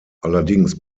allerdings